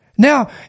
Now